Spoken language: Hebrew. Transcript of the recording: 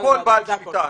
לא כל בעל שליטה.